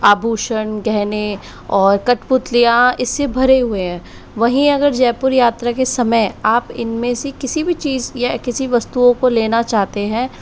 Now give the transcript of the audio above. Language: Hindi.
आभूषण गहने और कठपुतलियाँ इससे भरे हुए हैं वहीं अगर जयपुर यात्रा के समय आप इनमें से किसी भी चीज़ या किसी वस्तुओं को लेना चाहते हैं